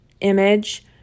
image